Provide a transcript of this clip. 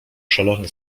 szalony